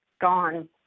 gone